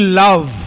love